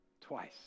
twice